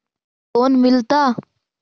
Loan मिलता?